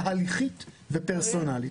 תהליכית ופרסונלית.